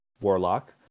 Warlock